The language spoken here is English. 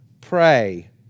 pray